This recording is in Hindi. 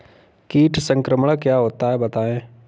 कीट संक्रमण क्या होता है बताएँ?